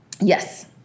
Yes